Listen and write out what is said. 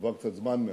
זמן מאז.